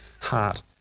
heart